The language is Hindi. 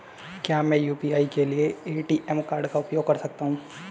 क्या मैं यू.पी.आई के लिए ए.टी.एम कार्ड का उपयोग कर सकता हूँ?